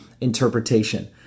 interpretation